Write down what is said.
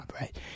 right